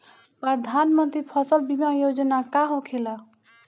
प्रधानमंत्री फसल बीमा योजना का होखेला?